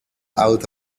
out